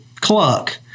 cluck